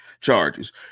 charges